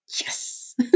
yes